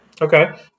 Okay